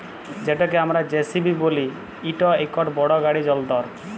যেটকে আমরা জে.সি.বি ব্যলি ইট ইকট বড় গাড়ি যল্তর